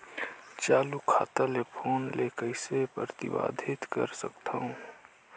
चालू खाता ले फोन ले कइसे प्रतिबंधित कर सकथव?